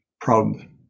proud